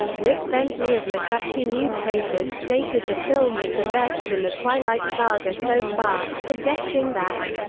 rick bentley of mcclatchy newspapers stated the film was the best in the twilight saga so far, suggesting that,